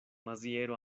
maziero